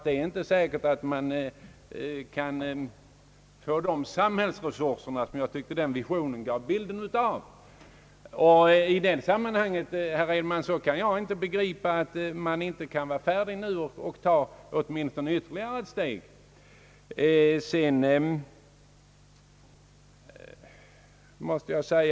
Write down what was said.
Det är inte säkert att vi så snart kan få alla de resurser i samhället, som jag tycker hans vision gav intryck av, men jag kan inte förstå, herr Edenman, varför vi inte skulle vara färdiga att ta detta ytterligare steg redan nu.